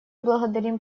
благодарим